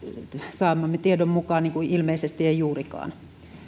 saamamme tiedon mukaan ilmeisesti ei juurikaan